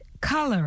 color